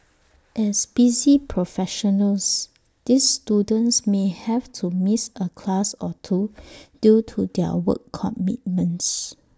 as busy professionals these students may have to miss A class or two due to their work commitments